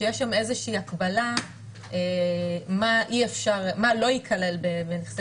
שיש שם איזו שהיא הגבלה מה לא ייכלל בנכסי